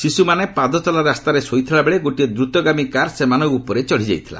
ଶିଶୁମାନେ ପାଦଚଲା ରାସ୍ତାରେ ଶୋଇଥିଲାବେଳେ ଗୋଟିଏ ଦ୍ରତଗାମୀ କାର୍ ସେମାନଙ୍କ ଉପରେ ଚଢ଼ିଯାଇଥିଲା